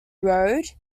road